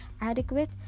adequate